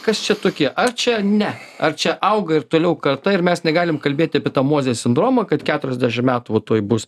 kas čia tokie ar čia ne ar čia auga ir toliau karta ir mes negalim kalbėt apie tą mozės sindromą kad keturiasdešim metų vat tuoj bus